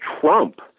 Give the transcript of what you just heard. trump